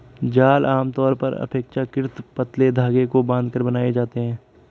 जाल आमतौर पर अपेक्षाकृत पतले धागे को बांधकर बनाए जाते हैं